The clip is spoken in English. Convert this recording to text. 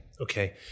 Okay